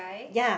yea